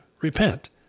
repent